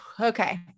okay